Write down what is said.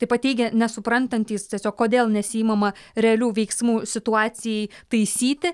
taip pat teigia nesuprantantys tiesiog kodėl nesiimama realių veiksmų situacijai taisyti